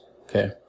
Okay